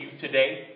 today